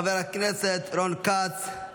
חבר הכנסת רון כץ, בבקשה.